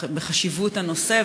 בחשיבות הנושא,